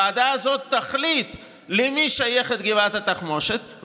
הוועדה הזאת תחליט למי שייכת גבעת התחמושת,